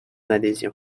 adhésion